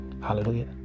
Hallelujah